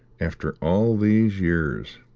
after all these years!